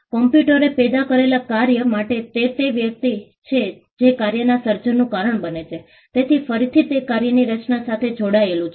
કમ્પ્યુટરે પેદા કરેલા કાર્ય માટે તે તે વ્યક્તિ છે જે કાર્યના સર્જનનું કારણ બને છે તેથી ફરીથી તે કાર્યની રચના સાથે જોડાયેલું છે